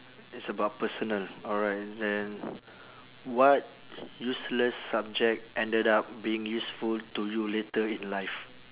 it's about personal alright then what useless subject ended up being useful to you later in life